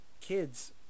kids